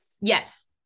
yes